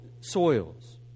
soils